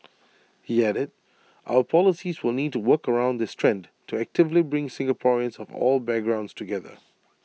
he added our policies will need to work against this trend to actively bring Singaporeans of all background together